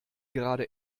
gerade